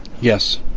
Yes